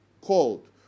called